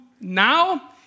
now